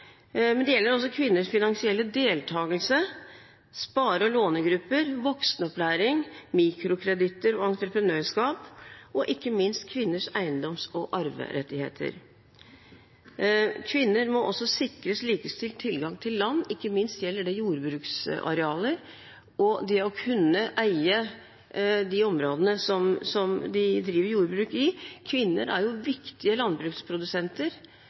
men det gjelder også kvinners finansielle deltakelse, spare- og lånegrupper, voksenopplæring, mikrokreditter og entreprenørskap, og ikke minst kvinners eiendoms- og arverettigheter. Kvinner må sikres likestilt tilgang til land. Ikke minst gjelder det jordbruksarealer og det å kunne eie de områdene som de driver jordbruk i. Kvinner er jo viktige landbruksprodusenter